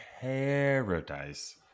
Paradise